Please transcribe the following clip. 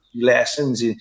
lessons